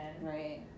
right